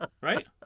Right